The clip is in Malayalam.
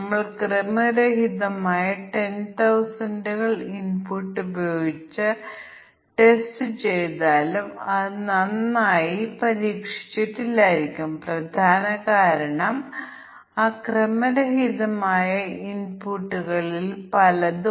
അതിനാൽ ചിത്രപരമായി നമുക്ക് ഒരു പ്രോഗ്രാം ആയി പ്രതിനിധീകരിക്കാം അത് ഒരു ബ്ലാക്ക് ബോക്സ് ആണ് അത് വിവിധ ജീവനക്കാരുടെ എല്ലാ പ്രായക്കാരെയും എടുക്കുകയും ശരാശരി പ്രായം അച്ചടിക്കുകയും ചെയ്യുന്നു